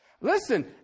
Listen